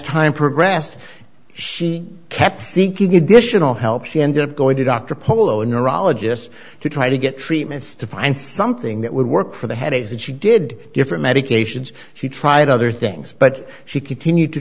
time progressed she kept seeking additional help she ended up going to dr polo a neurologist to try to get treatments to find something that would work for the headaches and she did different medications she tried other things but she continued to